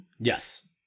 Yes